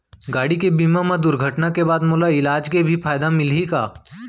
गाड़ी के बीमा मा दुर्घटना के बाद मोला इलाज के भी फायदा मिलही का?